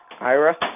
Ira